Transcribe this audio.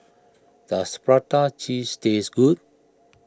does Prata Cheese taste good